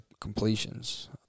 completions